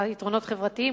יתרונות חברתיים,